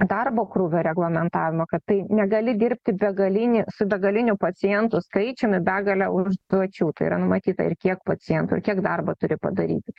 darbo krūvio reglamentavimo kad tai negali dirbti begalinį su begaliniu pacientų skaičiumi begalę užduočių tai yra numatyta ir kiek pacientų ir kiek darbo turi padaryti